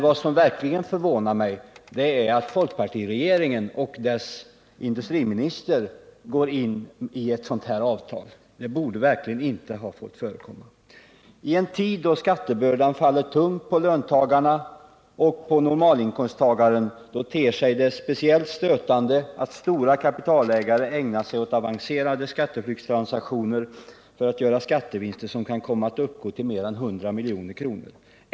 Vad som verkligen förvånar mig är att folkpartiregeringen och dess industriminister går in i ett sådant avtal. Det borde verkligen inte ha skett. I en tid då skattebördan faller tungt på löntagarna och normalinkomsttagaren ter det sig speciellt stötande att stora kapitalägare ägnar sig åt avancerade skatteflyktstransaktioner för att göra skattevinster som kan komma att uppgå till mera än 100 milj.kr.